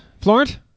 Florent